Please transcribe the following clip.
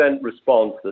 response